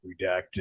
Redacted